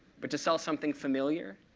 but to sell something familiar,